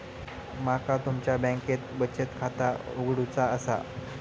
माका तुमच्या बँकेत बचत खाता उघडूचा असा?